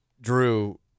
Drew